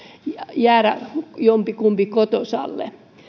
jäädä jommankumman kotosalle